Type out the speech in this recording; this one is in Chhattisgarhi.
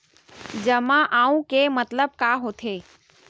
जमा आऊ के मतलब का होथे?